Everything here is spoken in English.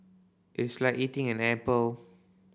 it's like eating an apple